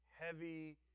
heavy